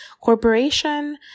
corporation